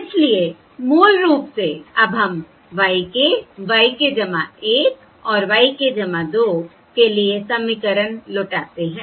इसलिए मूल रूप से अब हम y k y k 1 और y k 2 के लिए समीकरण लौटाते हैं